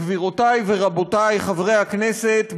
גבירותי ורבותי חברי הכנסת,